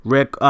Rick